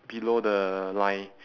below the line